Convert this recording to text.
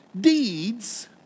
deeds